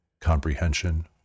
comprehension